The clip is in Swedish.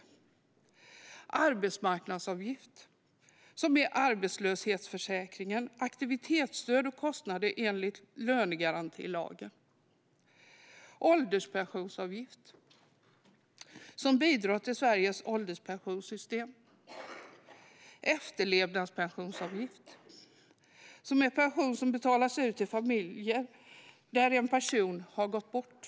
Det är arbetsmarknadsavgift, som är arbetslöshetsförsäkring, aktivitetsstöd och kostnader enligt lönegarantilagen. Det är ålderspensionsavgift, som bidrar till Sveriges ålderspensionssystem. Det är efterlevnadspensionsavgift, som är pension som betalas ut till familjer till någon som har gått bort.